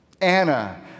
Anna